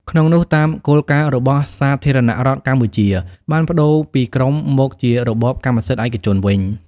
ក្នុងនោះតាមគោលការណ៍របស់សាធារណរដ្ឋកម្ពុជាបានប្តូរពីក្រុមមកជារបបកម្មសិទ្ធិឯកជនវិញ។